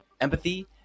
empathy